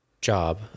job